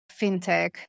fintech